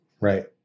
Right